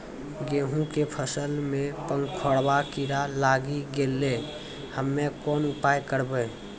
गेहूँ के फसल मे पंखोरवा कीड़ा लागी गैलै हम्मे कोन उपाय करबै?